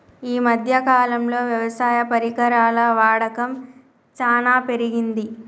ఈ మధ్య కాలం లో వ్యవసాయ పరికరాల వాడకం చానా పెరిగింది